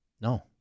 No